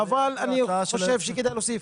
אבל אני חושב שכדאי להוסיף